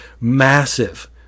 massive